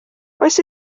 oes